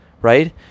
right